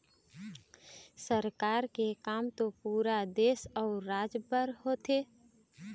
सरकार के काम तो पुरा देश अउ राज बर होथे